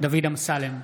דוד אמסלם,